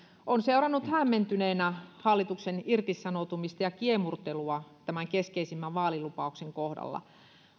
on seurannut hämmentyneenä hallituksen irtisanoutumista ja kiemurtelua tämän keskeisimmän vaalilupauksen kohdalla